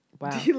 Wow